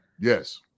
Yes